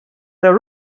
their